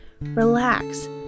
relax